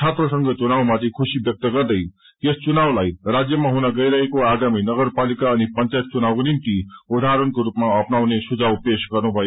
छात्रसंघ चुनावमाथि खुशी व्यक्त गर्दै यस चुनावलाई राज्यमा हुनगइरहेको आगामी नगपालिका अनि पंचरायत चुनावको निम्ति उदाहरणको रूपमा अप्नाउने सुझाव पेश गर्नुभयो